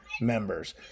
members